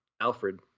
Alfred